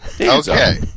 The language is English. Okay